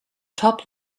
top